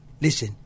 Listen